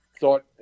thought